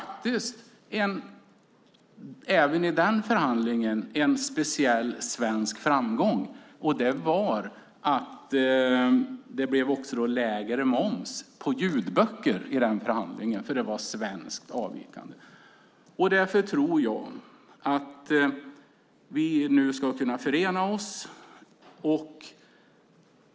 Även i den förhandlingen var det en speciell svensk framgång. Det blev lägre moms på ljudböcker i den förhandlingen, för det var svenskt avvikande. Därför tror jag att vi nu ska kunna förena oss.